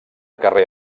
carrer